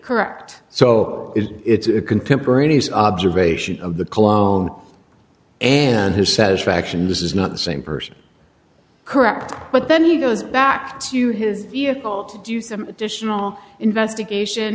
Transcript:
correct so it's a contemporaneous observation of the cologne and his satisfaction this is not the same person correct but then he goes back to his vehicle to do some additional investigation